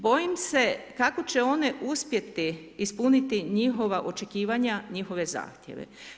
Bojim se kako će one uspjeti ispuniti njihova očekivanja, njihove zahtjeve.